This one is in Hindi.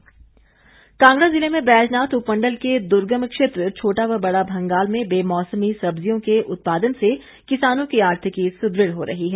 सब्जी उत्पादन कांगड़ा जिले में बैजनाथ उपमंडल के दुर्गम क्षेत्र छोटा व बड़ा भंगाल में बेमौसमी सब्जियों के उत्पादन से किसानों की आर्थिकी सुदृढ़ हो रही है